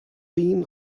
seen